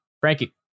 Frankie